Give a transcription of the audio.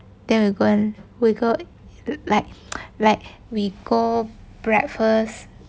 then we go and we go like like we go breakfast